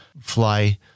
fly